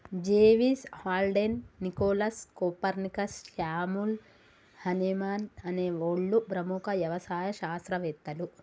జెవిస్, Haldane, Nicolas, Copernicus, Samuel Hahnemann అనే ఓళ్ళు ప్రముఖ యవసాయ శాస్త్రవేతలు